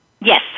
Yes